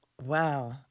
Wow